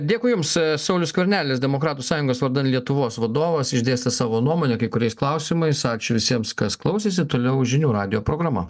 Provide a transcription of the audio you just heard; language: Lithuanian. dėkui jums saulius skvernelis demokratų sąjungos vardan lietuvos vadovas išdėstė savo nuomonę kai kuriais klausimais ačiū visiems kas klausėsi toliau žinių radijo programa